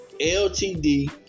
LTD